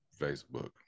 Facebook